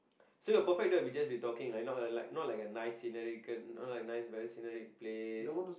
so your perfect date will be just be talking not like not like a nice scenerical not like a nice very sceneric place